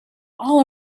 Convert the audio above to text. all